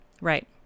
Right